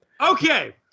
Okay